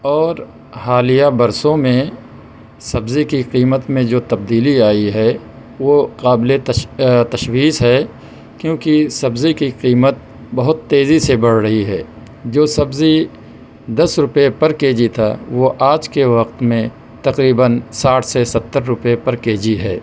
اور حالیہ برسوں میں سبزی کی قیمت میں جو تبدیلی آئی ہے وہ قابل تس تشویس ہے کیونکہ سبزی کی قیمت بہت تیزی سے بڑھ رہی ہے جو سبزی دس روپئے پر کے جی تھا وہ آج کے وقت میں تقریبا ساٹھ سے ستر روپئے پر کے جی ہے